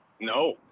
No